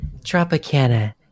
Tropicana